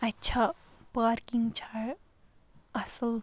اَتہِ چھا پارکِنٛگ چھا اَصٕل